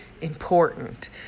important